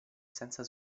senza